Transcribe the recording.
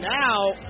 now